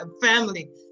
family